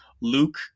Luke